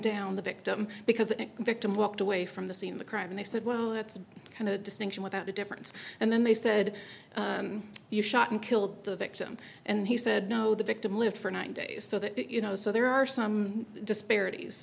down the victim because the victim walked away from the scene of the crime and they said well that's kind of a distinction without a difference and then they said you shot and killed the victim and he said no the victim lived for nine days so that you know so there are some disparities